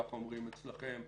כך אומרים אצלכם,